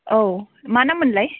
औ मा नाम मोनलाय